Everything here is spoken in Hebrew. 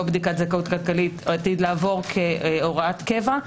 בדיקת זכאות כלכלית לעבור כהוראת קבע,